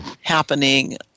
happening